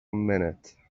minute